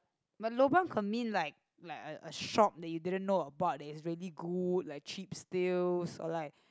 but lobang for me like like a a shop you didn't know about that it's really good cheap steals or like